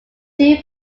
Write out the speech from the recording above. two